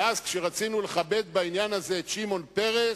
ואז, כשרצינו לכבד בעניין הזה את שמעון פרס,